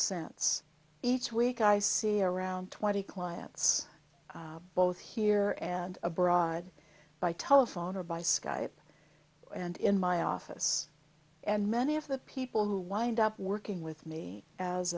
sense each week i see around twenty clients both here and abroad by telephone or by skype and in my office and many of the people who wind up working with me as